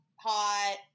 hot